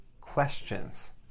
questions